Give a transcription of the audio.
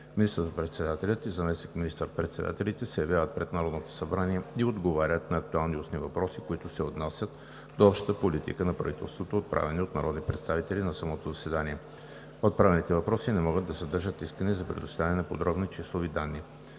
министър-председателят и заместник министър-председателите се явяват пред Народното събрание и отговарят на актуални устни въпроси, които се отнасят до общата политика на правителството, отправени от народни представители на самото заседание. Отправените въпроси не могат да съдържат искане за предоставяне на подробни числови данни.